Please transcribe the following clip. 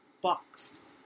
box